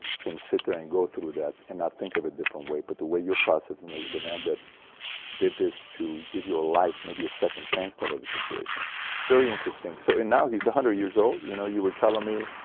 can sit there and go through that and not think of a different way, but the way you're processing his demand that did this to give your life? maybe a second chance type of a situation very interesting so and now he's one hundred years old you know you were telling me.